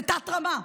זו תת-רמה.